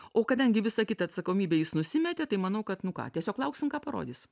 o kadangi visą kitą atsakomybę jis nusimetė tai manau kad nu ką tiesiog lauksim ką parodys